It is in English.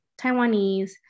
Taiwanese